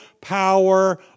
power